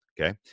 Okay